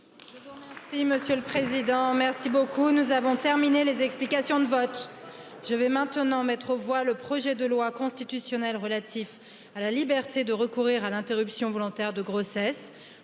de chemin à faire. M. le Président, merci beaucoup, nous avons les explications de vote je vais maintenant mettre aux voix le projet de loi constitutionnel relatif à la liberté de recourir à l'interruption volontaire de grossesse